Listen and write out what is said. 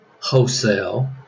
Wholesale